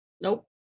nope